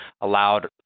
allowed